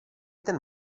ten